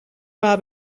have